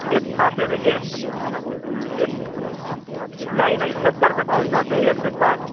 ایک سو ساٹھ دے دیجیے ہوں ایک نہیں نہیں ستّر تو بہت زیادے ہے ایک سو ساٹھ